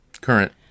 Current